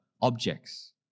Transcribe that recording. objects